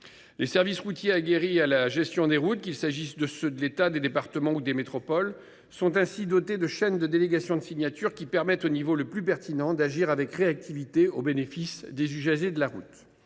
Les services aguerris à la gestion des routes, qu’il s’agisse de ceux de l’État, des départements ou des métropoles, sont ainsi dotés de chaînes de délégations de signature qui permettent au niveau le plus pertinent d’agir avec réactivité au bénéfice des usagers de la route.